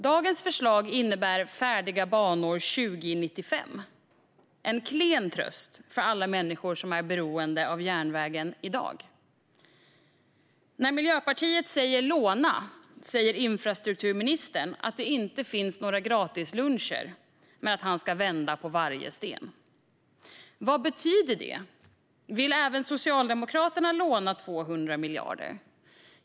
Dagens förslag innebär färdiga banor 2095 - en klen tröst för alla människor som är beroende av järnvägen i dag. När Miljöpartiet säger att man ska låna säger infrastrukturministern att det inte finns några gratisluncher men att han ska vända på varje sten. Vad betyder det? Vill även Socialdemokraterna låna 200 miljarder?